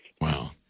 Wow